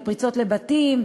בפריצות לבתים,